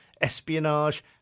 espionage